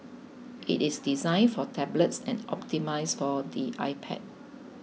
it is designed for tablets and optimised for the iPad